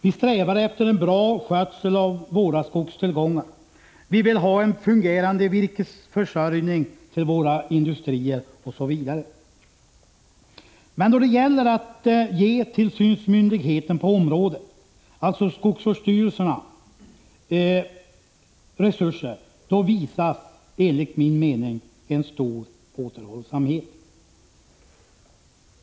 Vi strävar efter en bra skötsel av våra skogstillgångar, vi vill ha en fungerande virkesförsörjning till våra industrier, osv. Men då det gäller att ge tillsynsmyndigheten på området, skall alltså skogsvårdsstyrelserna, resurser, då visas enligt min mening en stor återhållsamhet.